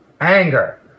anger